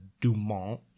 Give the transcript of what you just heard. Dumont